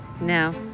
No